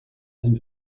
ein